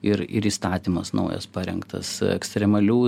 ir ir įstatymas naujas parengtas ekstremalių